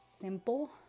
simple